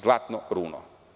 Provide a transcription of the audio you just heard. Zlatno runo“